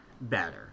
better